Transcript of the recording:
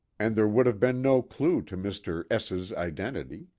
and there would have been no clue to mr. s s identity.